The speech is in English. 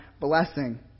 blessing